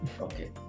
Okay